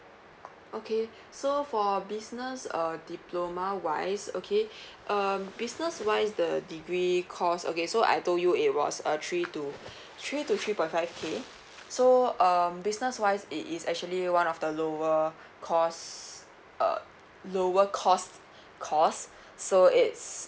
okay so for business uh diploma wise okay um business wise the degree course okay so I told you it was uh three to three to three point five K so um business wise it is actually one of the lower cost uh lower cost course so it's